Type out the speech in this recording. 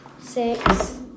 Six